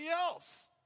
else